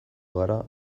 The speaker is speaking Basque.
gara